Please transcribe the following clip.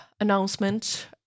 announcement